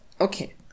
okay